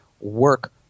work